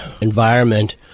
environment